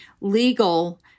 legal